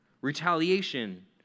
Retaliation